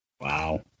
Wow